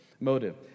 motive